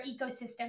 ecosystem